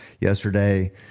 yesterday